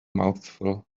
mouthful